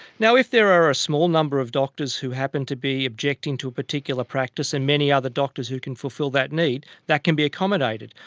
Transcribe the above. if there are a small number of doctors who happen to be objecting to a particular practice and many other doctors who can fulfil that need, that can be accommodated.